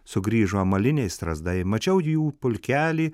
sugrįžo amaliniai strazdai mačiau jų pulkelį